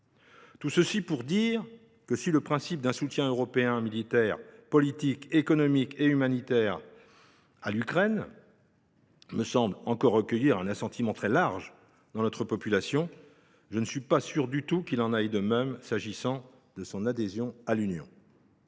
puissance agricole ? Si le principe d’un soutien européen militaire, politique, économique et humanitaire à l’Ukraine me semble encore recueillir un assentiment très large dans notre population, je ne suis pas certain qu’il en soit de même pour son adhésion à l’Union.